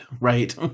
right